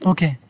Okay